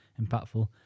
impactful